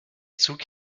zug